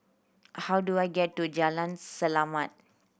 how do I get to Jalan Selamat